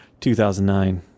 2009